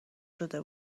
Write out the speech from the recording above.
شده